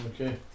okay